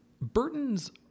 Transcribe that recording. Burton's